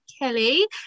Kelly